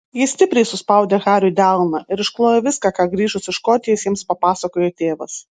ji stipriai suspaudė hariui delną ir išklojo viską ką grįžus iš škotijos jiems papasakojo tėvas